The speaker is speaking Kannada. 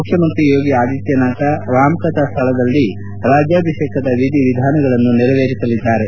ಮುಖ್ಯಮಂತ್ರಿ ಯೋಗಿ ಆದಿತ್ಯನಾಥ್ ರಾಮ್ಕಥಾ ಸ್ಹಳ್ನಲ್ಲಿ ರಾಜ್ಯಾಭಿಷೇಕದ ವಿಧಿ ವಿಧಾನಗಳನ್ನು ನೆರವೇರಿಸಲಿದ್ದಾರೆ